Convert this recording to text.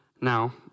Now